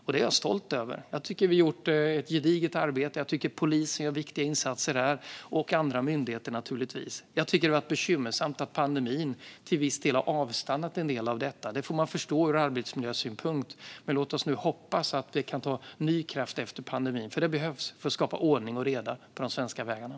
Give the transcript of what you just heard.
Jag är stolt över det gedigna arbetet, och polisen och andra myndigheter gör viktiga insatser här. Det är bekymmersamt att en del av detta har avstannat under pandemin, men det får man förstår ut arbetsmiljösynpunkt. Låt oss dock hoppas att arbetet får ny kraft efter pandemin, för det behövs för att skapa ordning och reda på de svenska vägarna.